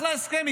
אחלה הסכם,